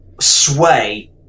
sway